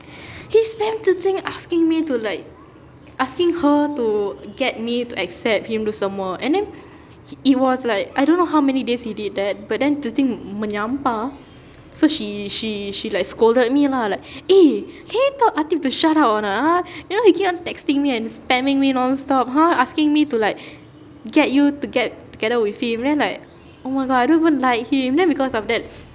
he spam zi qing asking me to like asking her to get me to accept him tu semua and then it was like I don't know how many days he did that but then zi qing menyampah so she she she like scolded me lah like eh can you tell ateeb to shut up or not ah you know he keep on texting me and spamming me non-stop !huh! asking me to like get you to get together with him then like oh my god I don't even like him then because of that